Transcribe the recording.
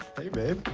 hey, babe.